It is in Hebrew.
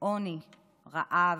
"עוני", "רעב",